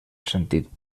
sentit